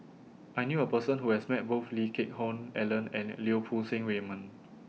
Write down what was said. I knew A Person Who has Met Both Lee Geck Hoon Ellen and Lau Poo Seng Raymond